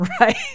right